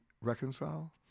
reconcile